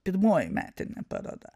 pirmoji metinė paroda